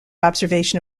observation